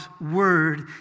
word